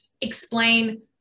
explain